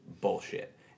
bullshit